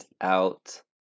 out